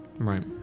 Right